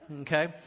Okay